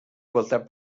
igualtat